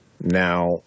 Now